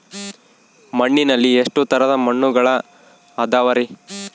ಮಣ್ಣಿನಲ್ಲಿ ಎಷ್ಟು ತರದ ಮಣ್ಣುಗಳ ಅದವರಿ?